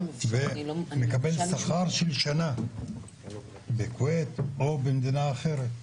ומקבל שכר של שנה בכווית או במדינה אחרת.